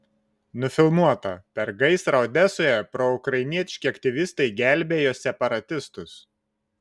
nufilmuota per gaisrą odesoje proukrainietiški aktyvistai gelbėjo separatistus